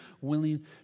willing